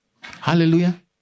Hallelujah